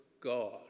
God